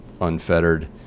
unfettered